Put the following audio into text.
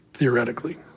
Theoretically